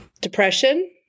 Depression